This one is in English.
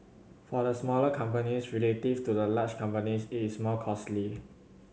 for the smaller companies relative to the large companies it is more costly